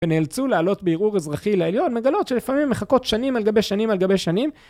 ונאלצו לעלות בערעור אזרחי לעליון, ולגלות שלפעמים הם מחכות שנים על גבי שנים על גבי שנים.